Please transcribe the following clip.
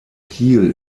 kiel